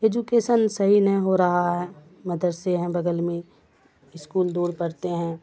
education صحیح نہیں ہو رہا ہے مدرسے ہیں بغل میں اسکول دور پڑتے ہیں